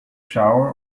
shower